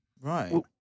Right